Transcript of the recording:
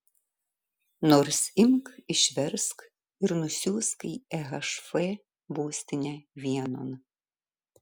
nors imk išversk ir nusiųsk į ehf būstinę vienon